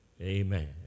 Amen